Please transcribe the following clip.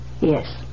Yes